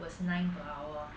was nine per hour